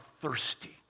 thirsty